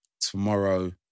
tomorrow